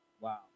wow